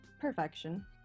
perfection